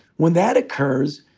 when that occurs,